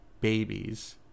babies